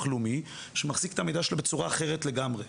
לאומי שמחזיק את המידע שלו בצורה אחרת לגמרי.